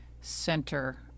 center